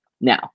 now